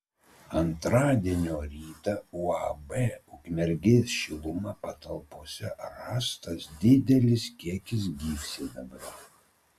antradienio rytą uab ukmergės šiluma patalpose rastas didelis kiekis gyvsidabrio